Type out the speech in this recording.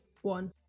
one